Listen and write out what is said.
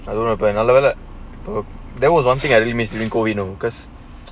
I don't know lah none then that there was one thing I really missed during COVID you know because